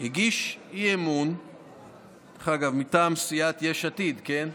הגיש אי-אמון, דרך אגב, מטעם סיעת יש עתיד, כן?